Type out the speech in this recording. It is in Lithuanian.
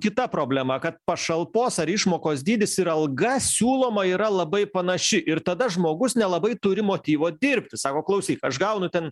kita problema kad pašalpos ar išmokos dydis ir alga siūloma yra labai panaši ir tada žmogus nelabai turi motyvo dirbti sako klausyk aš gaunu ten